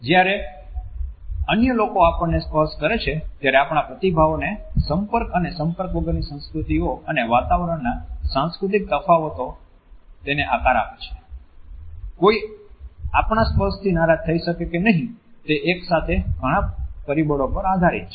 જ્યારે અન્ય લોકો આપણને સ્પર્શ કરે છે ત્યારે આપણા પ્રતિભાવોને સંપર્ક અને સંપર્ક વગરની સંસ્કૃતિઓ અને વાતાવરણના સાંસ્કૃતિક તફાવતો તેને આકાર આપે છે કોઈ આપણા સ્પર્શથી નારાજ થઈ શકે કે નહીં તે એક સાથે ઘણા પરિબળો પર આધારિત છે